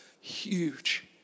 huge